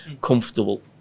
comfortable